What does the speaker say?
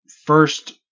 first